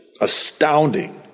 astounding